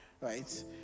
right